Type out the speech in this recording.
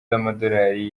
z’amadorali